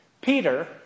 Peter